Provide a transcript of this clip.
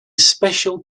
special